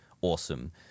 Awesome